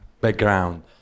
background